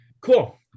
cool